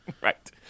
Right